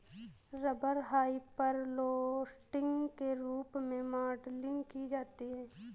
rubber hyperelastic के रूप में मॉडलिंग की जाती है